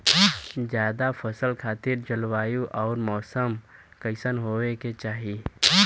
जायद फसल खातिर जलवायु अउर मौसम कइसन होवे के चाही?